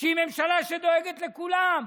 שהיא ממשלה שדואגת לכולם,